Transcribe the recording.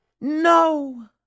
no